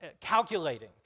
calculating